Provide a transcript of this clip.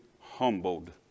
humbled